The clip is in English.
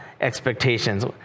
expectations